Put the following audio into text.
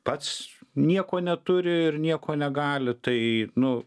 pats nieko neturi ir nieko negali tai nu